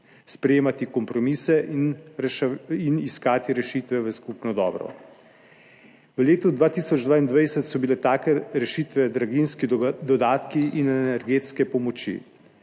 sprejemati kompromise in iskati rešitve v skupno dobro. V letu 2022 so bile take rešitve draginjski dodatki in energetske pomoči.